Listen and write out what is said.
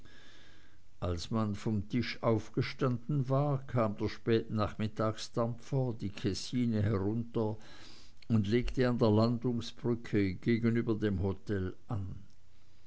als man von tisch aufgestanden war kam der spätnachmittagsdampfer die kessine herunter und legte an der landungsbrücke gegenüber dem hotel an